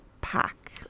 pack